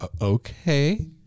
okay